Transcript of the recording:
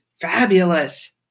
fabulous